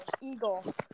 eagle